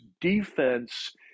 defense –